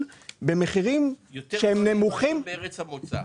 במחירים שהם נמוכים ממה שמוכרים -- בארץ המוצא.